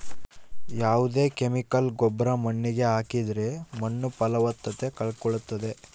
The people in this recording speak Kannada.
ಯಾವ್ದೇ ಕೆಮಿಕಲ್ ಗೊಬ್ರ ಮಣ್ಣಿಗೆ ಹಾಕಿದ್ರೆ ಮಣ್ಣು ಫಲವತ್ತತೆ ಕಳೆದುಕೊಳ್ಳುತ್ತದೆ